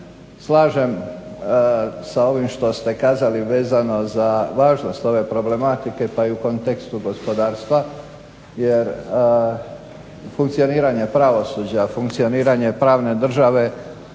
slažem sa ovim što ste kazali vezano za važnost ove problematike, pa i u kontekstu gospodarstva jer funkcioniranje pravosuđa, funkcioniranje pravne države